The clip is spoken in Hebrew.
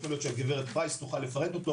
יכול להיות שהגב' פרייס תוכל לפרט אותו,